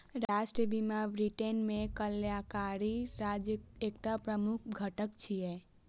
राष्ट्रीय बीमा ब्रिटेन मे कल्याणकारी राज्यक एकटा प्रमुख घटक छियै